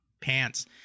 pants